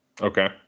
Okay